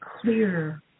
clear